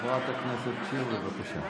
חבר הכנסת כץ, שב, בבקשה.